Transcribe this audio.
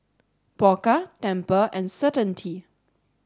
Pokka Tempur and Certainty